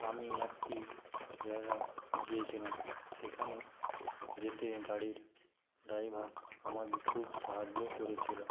আমি একটি জায়গায় গিয়েছিলাম সেখানে যেতে গাড়ির ড্রাইভার আমাকে খুব সাহায্য করেছিল